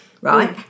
right